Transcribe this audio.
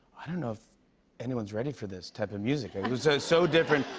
i don't know if anyone's ready for this type of music. it was so so different.